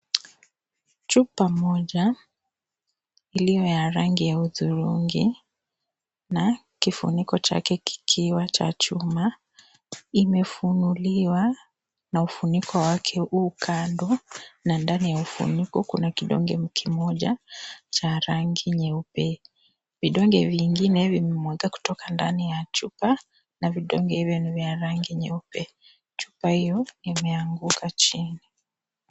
Chupa moja iliyo ya rangi ya udhurungi, na kifuniko chake kikiwa cha chuma. Imefunguliwa na ufuniko wake huu kando na ndani ya ufuniko kuna kidonge kimoja cha rangi nyeupe. Vidonge vingine vimemwagika kutoka ndani ya chupa na vidonge hivyo ni vya rangi nyeupe. Chupa hiyo imeanguka chini.